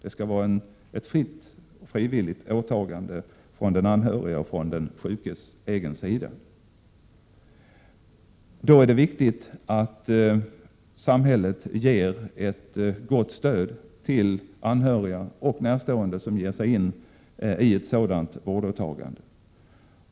Det skall vara ett fritt och frivilligt åtagande från den anhöriges och från den sjukes sida. Det är då viktigt att samhället ger ett gott stöd till anhöriga och närstående som ger sig in i ett sådant vårdåtagande.